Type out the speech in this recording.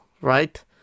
right